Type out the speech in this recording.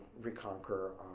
reconquer